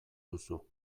duzu